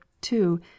two